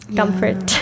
comfort